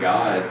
God